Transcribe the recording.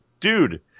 dude